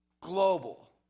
global